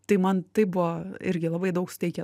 tai man taip buvo irgi labai daug suteikę